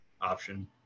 option